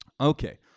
Okay